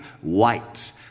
white